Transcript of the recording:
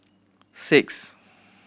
six